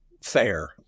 fair